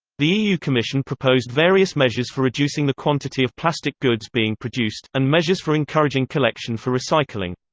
the eu commission proposed various measures for reducing the quantity of plastic goods being produced, and measures for encouraging collection for recycling.